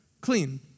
clean